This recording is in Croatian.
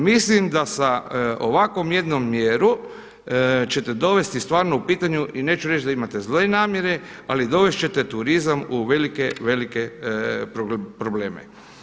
Mislim da sa ovakvom jednom mjerom ćete dovesti stvarno u pitanje i neću reći da imate zle namjere, ali dovest ćete turizam u velike, velike probleme.